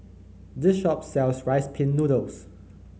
this shop sells Rice Pin Noodles